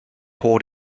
poured